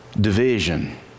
division